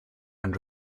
and